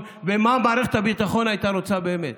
ומה מערכת הביטחון הייתה רוצה באמת.